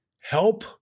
help